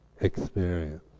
experience